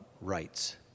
rights